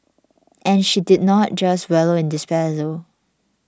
and she did not just wallow in despair though